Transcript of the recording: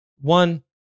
One